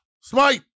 Smite